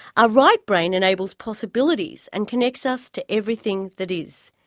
our right brain enables possibilities and connects us to everything that is.